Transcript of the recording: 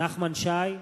נחמן שי,